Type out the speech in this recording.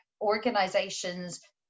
organizations